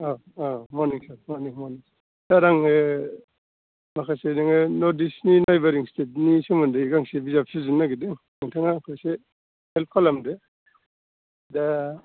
औ औ मरनिं सार मरनिं मरनिं सार आङो माखासे नोङो नर्ट इस्टनि नाइबारिं स्टेटनि सोमोन्दै गांसे बिजाब सुजुनो नागेरदों नोंथाङा आंखौ एसे हेल्भ खालामदो दा